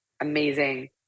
amazing